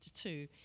two